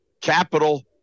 capital